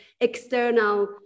external